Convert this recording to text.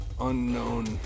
unknown